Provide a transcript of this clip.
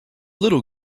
little